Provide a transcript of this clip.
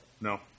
No